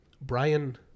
Brian